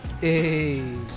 Hey